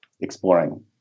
exploring